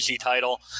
title